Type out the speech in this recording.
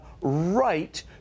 right